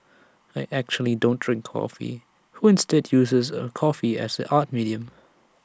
I actually don't drink coffee who instead uses A coffee as an art medium